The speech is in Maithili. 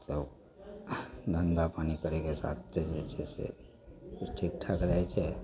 तब धन्धा पानि करैके साथ जे छै से ओ ठीक ठाक रहै छै